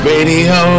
Radio